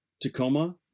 Tacoma